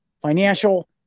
financial